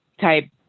type